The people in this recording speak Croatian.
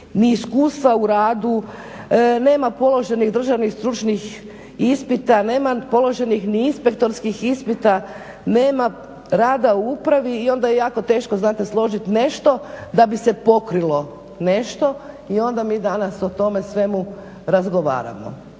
iskustva u radu, nema položenih državnih stručnih ispita, nema položenih ni inspektorskih ispita, nema rada u upravi i onda je jako teško znate složiti nešto da bi se pokrilo nešto. I onda mi danas o tome svemu razgovaramo.